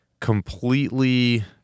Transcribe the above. completely